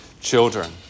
children